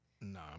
No